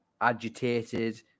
agitated